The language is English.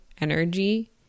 energy